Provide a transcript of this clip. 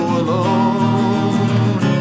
alone